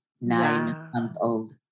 nine-month-old